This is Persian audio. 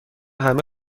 همه